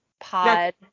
pod